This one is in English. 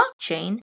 blockchain